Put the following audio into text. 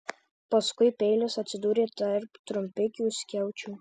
paskui peilis atsidūrė tarp trumpikių skiaučių